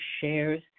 shares